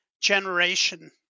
generation